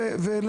היה מקרה